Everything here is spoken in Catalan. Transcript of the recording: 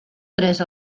tres